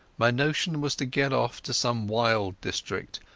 my notion was to get off to some wild district,